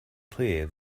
clear